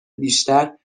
بیشتر